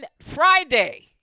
Friday